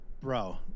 bro